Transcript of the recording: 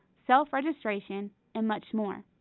self-registration and much more!